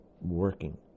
working